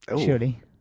Surely